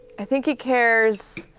i think he cares